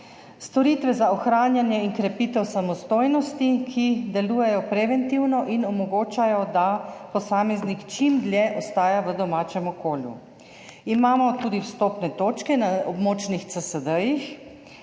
storitve za ohranjanje in krepitev samostojnosti, ki delujejo preventivno in omogočajo, da posameznik čim dlje ostaja v domačem okolju. Imamo tudi vstopne točke na območnih CSD,